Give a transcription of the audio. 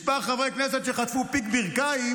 מספר חברי כנסת שחטפו פיק ברכיים